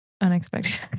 Unexpected